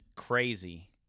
Crazy